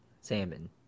salmon